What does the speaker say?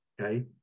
okay